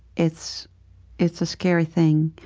it's it's a scary thing.